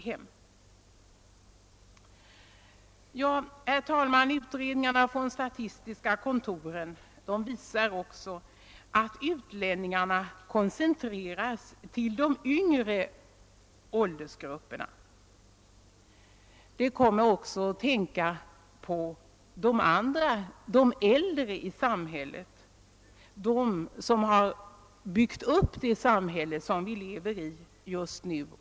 Herr talman! Utredningarna från statistiska kontoren visar att utlänningarna koncentreras till de yngre åldersgrupperna. Det kommer mig också att tänka på de äldre i samhället, dem som har byggt upp det samhälle som vi lever i just nu.